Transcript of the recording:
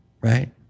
right